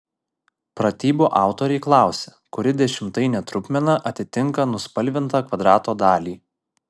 pratybų autoriai klausia kuri dešimtainė trupmena atitinka nuspalvintą kvadrato dalį